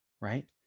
right